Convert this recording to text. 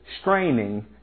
straining